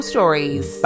Stories